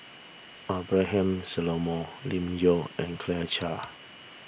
Abraham Solomon Lim Yau and Claire Chiang